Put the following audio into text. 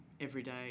everyday